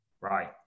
Right